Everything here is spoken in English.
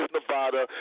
Nevada